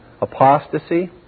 apostasy